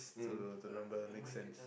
to to remember makes sense